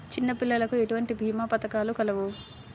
చిన్నపిల్లలకు ఎటువంటి భీమా పథకాలు కలవు?